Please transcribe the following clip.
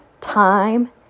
time